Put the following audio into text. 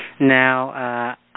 Now